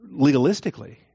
legalistically